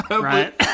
right